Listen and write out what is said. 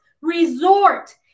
resort